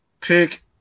Pick